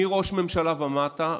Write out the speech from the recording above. מראש ממשלה ומטה,